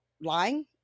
lying